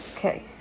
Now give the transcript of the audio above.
Okay